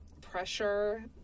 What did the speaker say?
pressure